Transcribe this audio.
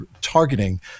targeting